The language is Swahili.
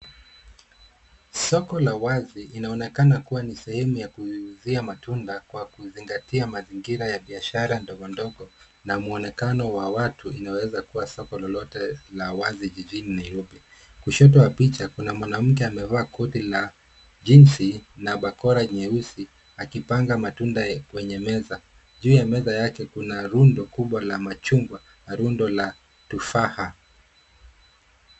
Soko la wazi inaonekana kuwa ni sehemu ya kuuzia matunda kwa kuzingatia mazingira ya biashara ndogondogo na muonekano wa watu inaweza kuwa soko lolote la wazi jijini Nairobi. Kushoto wa picha kuna mwanamke amevaa koti la jeans na bakora nyeusi akipanga matunda kwenye meza. Juu ya meza yake kuna rundo kubwa la machungwa na rundo la tufaha